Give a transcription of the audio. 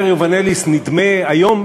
אומר יובנליס: נדמה היום,